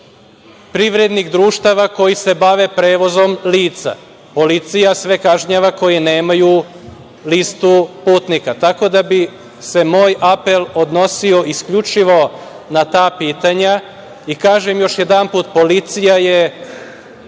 privrednih društava koja se bave prevozom lica. Policija sve kažnjava koji nemaju listu putnika, tako da bi se moj apel odnosio isključivo na ta pitanja. Kažem još jedanput, policija je